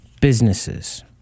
businesses